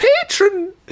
patron